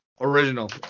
original